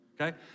okay